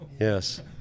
Yes